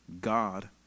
God